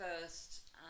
first